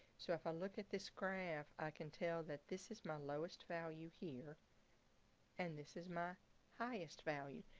so if i look at this graph, i can tell that this is my lowest value here and this is my highest value.